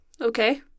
Okay